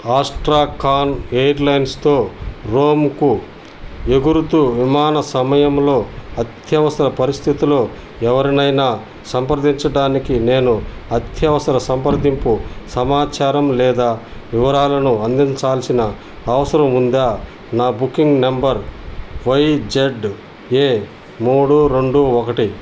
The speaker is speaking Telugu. ఆస్ట్రాఖాన్ ఎయిర్లైన్స్తో రోముకు ఎగురుతు విమాన సమయంలో అత్యవసర పరిస్థితిలో ఎవరినైనా సంప్రదించడానికి నేను అత్యవసర సంప్రదింపు సమాచారం లేదా వివరాలను అందించాల్సిన అవసరం ఉందా నా booking number Y Z A మూడు రెండు ఒకటి